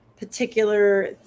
particular